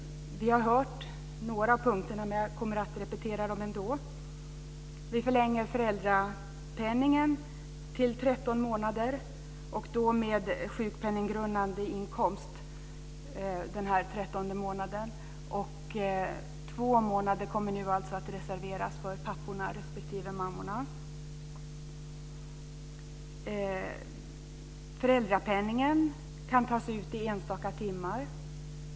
Vi har hört några av punkterna, men jag kommer att repetera dem ändå. Vi förlänger perioden med föräldrapenning till 13 månader, och då med sjukpenninggrundande inkomst den 13 månaden. Två månader kommer nu att reserveras för papporna respektive mammorna. Föräldrapenningen kan tas ut i enstaka timmar.